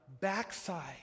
backside